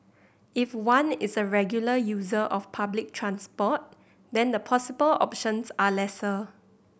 if one is a regular user of public transport then the possible options are lesser